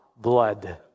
blood